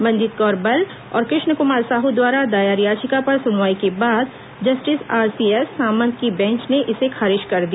मंजीत कौर बल और कृष्ण कुमार साहू द्वारा दायर याचिका पर सुनवाई के बाद जस्टिस आरसीएस सामंत की बेंच ने इसे खारिज कर दिया